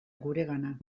guregana